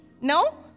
no